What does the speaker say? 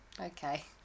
Okay